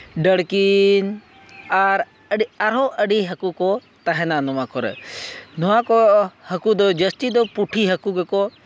ᱰᱟᱹᱲᱠᱤᱱ ᱟᱨ ᱟᱹᱰᱤ ᱟᱨᱚᱦᱚᱸ ᱟᱹᱰᱤ ᱦᱟᱹᱠᱩ ᱠᱚ ᱛᱟᱦᱮᱱᱟ ᱱᱚᱣᱟ ᱠᱚᱨᱮ ᱱᱚᱣᱟ ᱠᱚ ᱦᱟᱹᱠᱩ ᱫᱚ ᱡᱟᱹᱥᱛᱤ ᱫᱚ ᱯᱩᱴᱷᱤ ᱦᱟᱹᱠᱩ ᱜᱮᱠᱚ